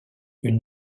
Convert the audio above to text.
une